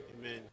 Amen